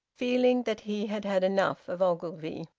feeling that he had had enough of ogilvie.